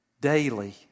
daily